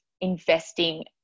investing